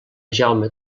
jaume